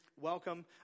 Welcome